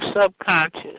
subconscious